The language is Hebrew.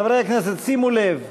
חברי הכנסת, שימו לב,